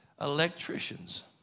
electricians